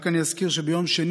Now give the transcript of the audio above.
אני רק אזכיר שביום שני,